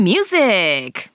Music